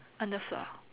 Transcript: on the floor